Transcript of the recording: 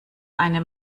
eine